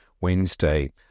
Wednesday